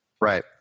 Right